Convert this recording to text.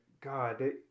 God